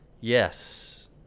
Yes